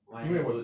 why ah